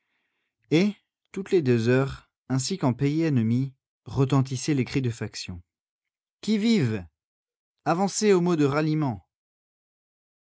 et toutes les deux heures ainsi qu'en pays ennemi retentissaient les cris de faction qui vive avancez au mot de ralliement